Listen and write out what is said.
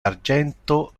argento